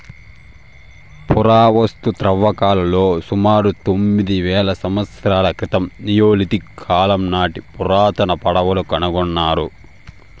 పురావస్తు త్రవ్వకాలలో సుమారు తొమ్మిది వేల సంవత్సరాల క్రితం నియోలిథిక్ కాలం నాటి పురాతన పడవలు కనుకొన్నారు